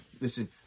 listen